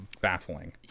baffling